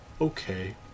okay